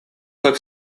как